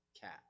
cat